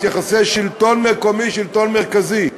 את יחסי השלטון המקומי והשלטון המרכזי.